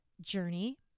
journey